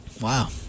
Wow